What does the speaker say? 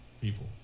people